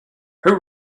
who